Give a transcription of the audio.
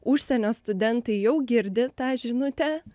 užsienio studentai jau girdi tą žinutę